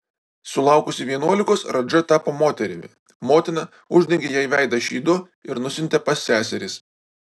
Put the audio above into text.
sulaukusi vienuolikos radža tapo moterimi motina uždengė jai veidą šydu ir nusiuntė pas seseris